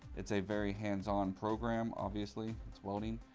it's a very hands-on program, obviously, it's welding.